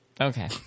Okay